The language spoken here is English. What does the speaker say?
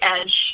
edge